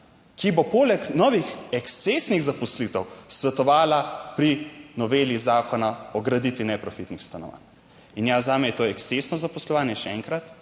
ki bo poleg novih ekscesnih zaposlitev svetovala pri noveli Zakona o graditvi neprofitnih stanovanj. In ja, zame je to ekscesno zaposlovanje, še enkrat,